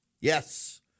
Yes